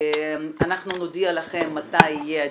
אנחנו נודיע לכם מתי יהיה הדיון,